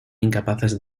incapaces